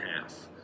half